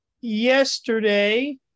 yesterday